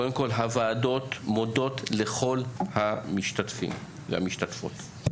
קודם כל, הוועדות מודות לכל המשתתפים והמשתתפות.